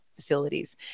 facilities